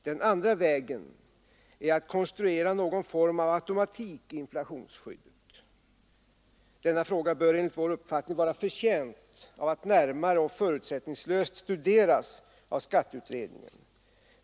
Den andra modellen är att konstruera någon form av automatik i inflationsskyddet. Denna fråga bör enligt vår uppfattning vara förtjänt av att närmare och förutsättningslöst studeras av skatteutredningen.